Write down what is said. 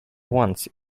once